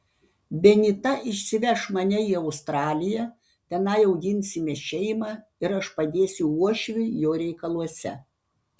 benita išsiveš mane į australiją tenai auginsime šeimą ir aš padėsiu uošviui jo reikaluose